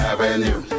Avenue